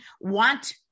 want